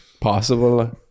possible